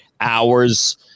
hours